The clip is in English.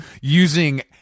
using